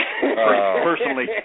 personally